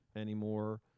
anymore